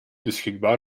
beschikbaar